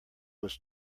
was